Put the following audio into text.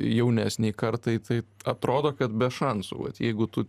jaunesnei kartai tai atrodo kad be šansų vat jeigu tu